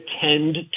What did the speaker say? tend